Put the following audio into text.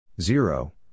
Zero